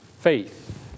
faith